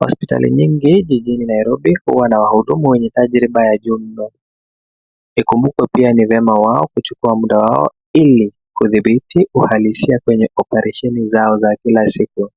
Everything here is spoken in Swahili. Hospitali nyingi jijini Nairobi huwa na wahudumu wenye tajriba ya juu mno, ukikumbuka pia ni vyema wao kuchukua mda wao ili kudhibiti uhalisia kwenye operation zao za kila siku,